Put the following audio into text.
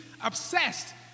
obsessed